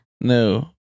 No